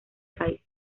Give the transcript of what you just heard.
país